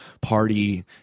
party